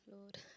Lord